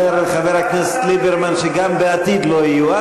אומר חבר הכנסת ליברמן שגם בעתיד לא יהיו.